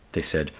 they said,